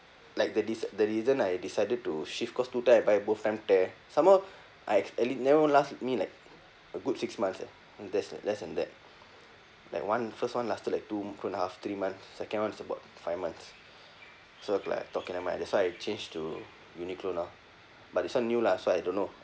like the dis~ the reason I decided to shift cause two time I buy both time tear some more I ex~ and it never last me like a good six months eh that's like less than that like one first one lasted like two two and a half three months second one is about five months so like I thought okay never mind that's why I change to Uniqlo now but this one new lah so I don't know